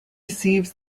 receives